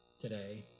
today